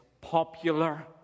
popular